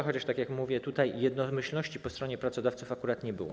Chociaż, tak jak mówię, tutaj jednomyślności po stronie pracodawców akurat nie było.